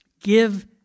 give